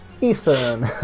Ethan